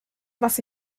was